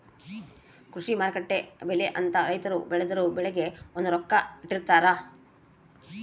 ಕೃಷಿ ಮಾರುಕಟ್ಟೆ ಬೆಲೆ ಅಂತ ರೈತರು ಬೆಳ್ದಿರೊ ಬೆಳೆಗೆ ಒಂದು ರೊಕ್ಕ ಇಟ್ಟಿರ್ತಾರ